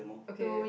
okay